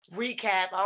recap